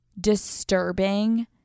disturbing